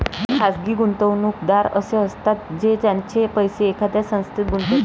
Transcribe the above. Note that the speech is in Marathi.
खाजगी गुंतवणूकदार असे असतात जे त्यांचे पैसे एखाद्या संस्थेत गुंतवतात